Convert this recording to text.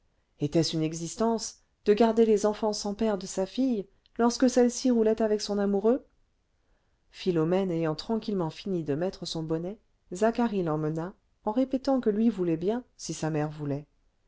était-ce une existence de garder les enfants sans père de sa fille lorsque celle-ci roulait avec son amoureux philomène ayant tranquillement fini de mettre son bonnet zacharie l'emmena en répétant que lui voulait bien si sa mère voulait